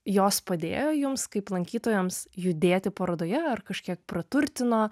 jos padėjo jums kaip lankytojams judėti parodoje ar kažkiek praturtino